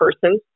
person